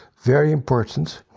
very important.